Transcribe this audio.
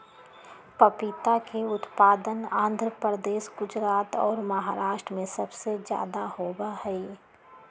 पपीता के उत्पादन आंध्र प्रदेश, गुजरात और महाराष्ट्र में सबसे ज्यादा होबा हई